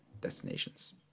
Destinations